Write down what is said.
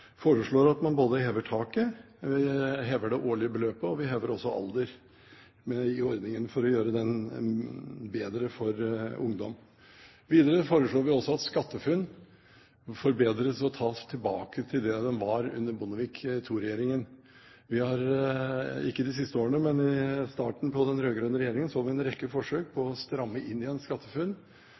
foreslår at man både hever taket i ordningen, hever det årlige sparebeløpet og hever alderen for å gjøre ordningen bedre for ungdom. Videre foreslår vi at SkatteFUNN forbedres ved at den tas tilbake til slik den var under Bondevik II-regjeringen. Vi har, ikke de siste årene, men i starten av perioden med den rød-grønne regjeringen, sett en rekke forsøk på å stramme inn igjen SkatteFUNN og å byråkratisere ordningen. SSB hadde en